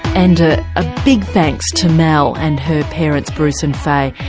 and ah a big thanks to mel and her parents bruce and faye,